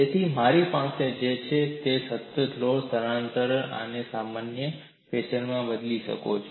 તેથી મારી પાસે જે છે તે છે લોડ અને સ્થાનાંતરણ આ જેમ સામાન્ય ફેશનમાં બદલાઈ શકે છે